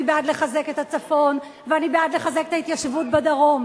אני בעד לחזק את הצפון ואני בעד לחזק את ההתיישבות בדרום.